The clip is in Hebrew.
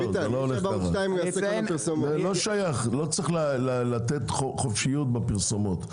זה לא שייך, לא צריך לתת חופשיות בפרסומות.